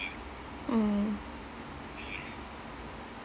um